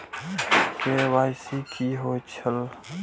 KYC कि होई छल?